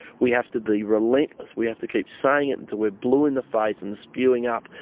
we have to be relentless. we have to keep saying it until we're blue in the face and spewing up,